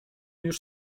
już